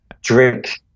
drink